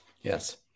yes